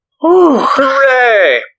hooray